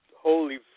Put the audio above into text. holy